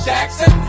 Jackson